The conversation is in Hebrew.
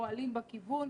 פועלים בכיוון.